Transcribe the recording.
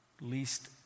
Least